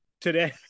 today